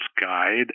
guide